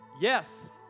Yes